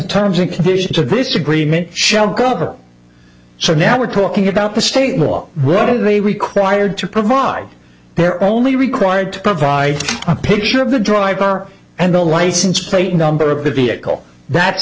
terms and conditions of this agreement shall govern so now we're talking about the state law what are they required to provide there only required to provide a picture of the driver and the license plate number of the vehicle that's